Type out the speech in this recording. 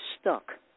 stuck